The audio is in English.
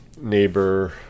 neighbor